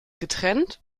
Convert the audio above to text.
getrennt